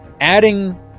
adding